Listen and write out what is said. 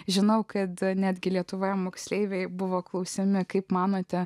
žinau kad netgi lietuvoje moksleiviai buvo klausiami kaip manote